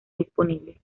disponible